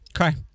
Okay